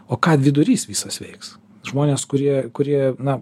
o ką vidurys visas veiks žmonės kurie kurie na